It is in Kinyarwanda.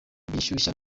bishyushya